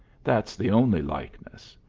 that's the only likeness.